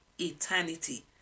eternity